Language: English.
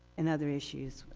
and other issues,